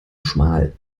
schmal